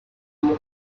must